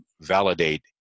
validate